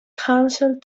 canceled